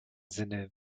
sinne